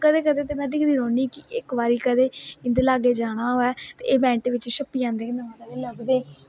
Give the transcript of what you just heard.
कदें कदें ते में दिक्खदी रौहनी कि केंई बारी कंदे इंदे लाग्गे जाना होऐ एह मिंट च छप्पी जंदे नेईं लभदे